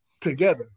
together